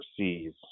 overseas